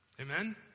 Amen